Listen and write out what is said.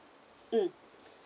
um